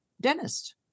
dentist